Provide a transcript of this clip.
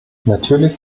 natürlich